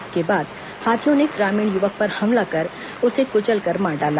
इसके बाद हाथियों ने ग्रामीण युवक पर हमला कर उसे कुचलकर मार डाला